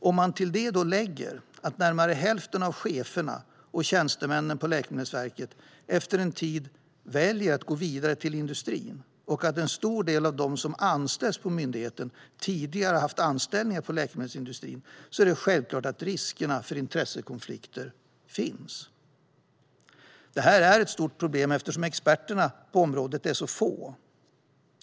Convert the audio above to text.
Om man till detta lägger att närmare hälften av cheferna och tjänstemännen på Läkemedelsverket efter en tid väljer att gå vidare till industrin och att en stor del av dem som anställs på myndigheten tidigare har haft anställningar inom läkemedelsindustrin är det självklart att risker för intressekonflikter finns. Detta är ett stort problem eftersom experterna på området är få.